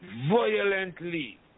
violently